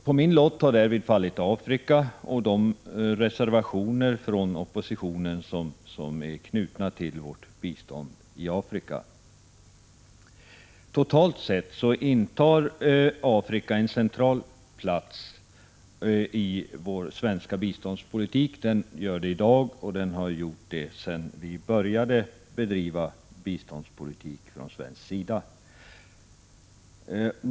På min lott har därvid fallit Afrika och de reservationer från oppositionen som är knutna till vårt bistånd i Afrika. Totalt sett intar Afrika en central plats i den svenska biståndspolitiken. Så har det varit sedan vi började bedriva biståndspolitik från svensk sida.